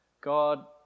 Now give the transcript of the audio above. God